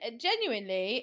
genuinely